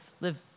live